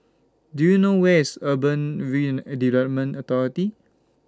Do YOU know Where IS Urban Development Authority